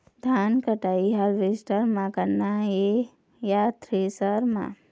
धान कटाई हारवेस्टर म करना ये या थ्रेसर म?